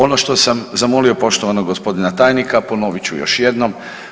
Ono što sam zamolio poštovanog gospodina tajnika ponovit ću još jednom.